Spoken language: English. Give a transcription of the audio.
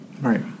Right